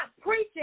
preaching